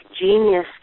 genius